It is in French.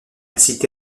cité